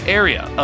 area